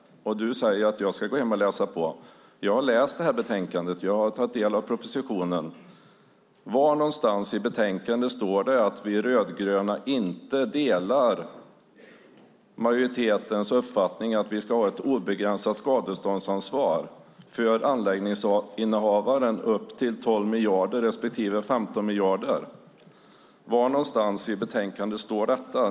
Han säger att jag ska gå hem och läsa på. Jag har läst det här betänkandet och tagit del av propositionen. Var någonstans i betänkandet står det att vi rödgröna inte delar majoritetens uppfattning att vi ska ha ett obegränsat skadeståndsansvar för anläggningshavaren upp till 12 respektive 15 miljarder? Var någonstans i betänkandet står detta?